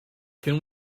can